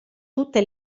tutte